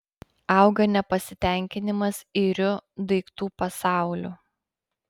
auga nepasitenkinimas iriu daiktų pasauliu